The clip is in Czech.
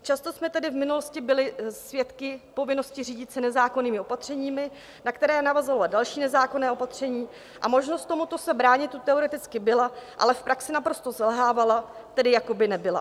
Často jsme tedy v minulosti byli svědky povinnosti řídit se nezákonnými opatřeními, na která navazovala další nezákonná opatření, a možnost tomuto se bránit tu teoreticky byla, ale v praxi naprosto selhávala, tedy jako by nebyla.